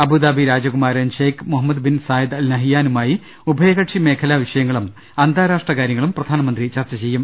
Abu Dhabi രാജകുമാരൻ Sheikh Mohammed bin Zayed Al നഹിയാനുമായി ഉഭയകക്ഷി മേഖലാ വിഷയങ്ങളും അന്താരാഷ്ട്ര കാര്യങ്ങളും പ്രധാനമന്ത്രി ചർച്ച ചെയ്യും